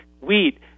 wheat